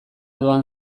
doan